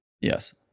Yes